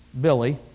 Billy